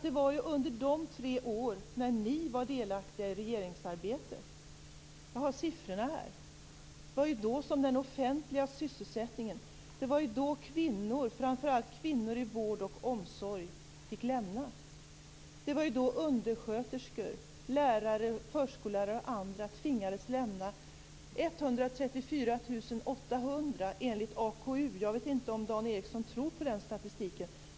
Det var ju under de tre år då ni var delaktiga i regeringsarbetet - jag har siffrorna här - som kvinnor i framför allt vård och omsorg fick gå. Det var då undersköterskor, lärare, förskolelärare och andra tvingades lämna sina arbeten - 134 800 enligt AKU. Jag vet inte om Dan Ericsson tror på den statistiken.